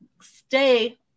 stay